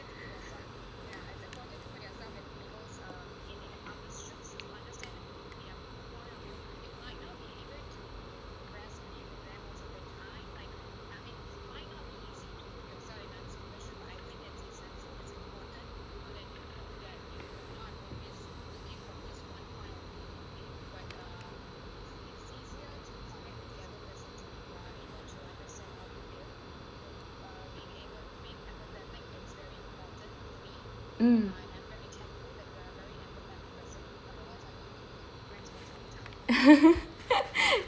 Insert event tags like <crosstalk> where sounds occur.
um <laughs>